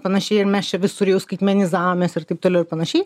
panašiai ir mes čia visur jau skaitmenizavomės ir taip toliau ir panašiai